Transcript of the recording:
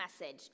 message